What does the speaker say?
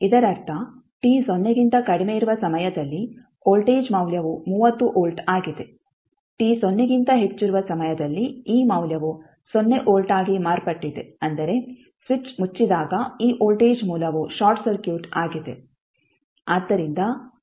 ಇದರರ್ಥ t ಸೊನ್ನೆಗಿಂತ ಕಡಿಮೆ ಇರುವ ಸಮಯದಲ್ಲಿ ವೋಲ್ಟೇಜ್ ಮೌಲ್ಯವು 30 ವೋಲ್ಟ್ ಆಗಿದೆ t ಸೊನ್ನೆಗಿಂತ ಹೆಚ್ಚಿರುವ ಸಮಯದಲ್ಲಿ ಈ ಮೌಲ್ಯವು ಸೊನ್ನೆ ವೋಲ್ಟ್ ಆಗಿ ಮಾರ್ಪಟ್ಟಿದೆ ಅಂದರೆ ಸ್ವಿಚ್ ಮುಚ್ಚಿದಾಗ ಈ ವೋಲ್ಟೇಜ್ ಮೂಲವು ಶಾರ್ಟ್ ಸರ್ಕ್ಯೂಟ್ ಆಗಿದೆ